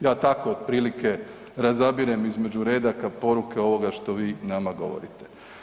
Ja tako otprilike razabirem između redaka poruke ovoga što vi nama govorite.